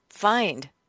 find